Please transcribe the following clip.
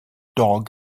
dog